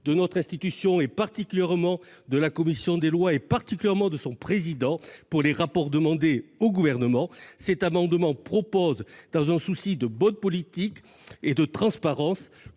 de notre institution, de la commission des lois et particulièrement de son président, pour les rapports demandés au Gouvernement, cet amendement vise, dans un souci de bonne politique et de transparence,